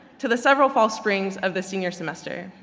to the several false springs of this senior semester.